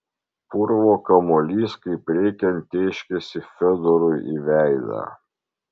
purvo kamuolys kaip reikiant tėškėsi fiodorui į veidą